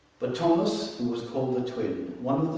but thomas who was called the twin, one